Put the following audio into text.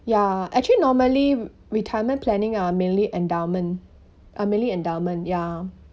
ya actually normally retirement planning are mainly endowment mainly endowment ya